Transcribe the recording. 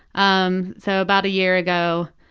um so about a year ago,